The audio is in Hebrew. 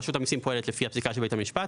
רשות המסים פועלת לפי הפסיקה של בית המשפט,